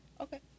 Okay